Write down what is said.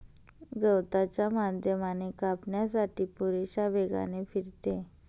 गवताच्या माध्यमाने कापण्यासाठी पुरेशा वेगाने फिरते